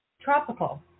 Tropical